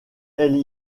elles